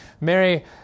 Mary